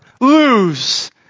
lose